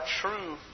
true